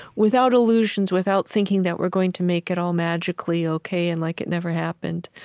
without illusions, without thinking that we're going to make it all magically ok and like it never happened.